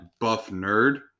BuffNerd